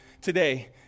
today